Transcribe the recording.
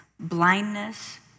blindness